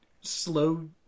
slow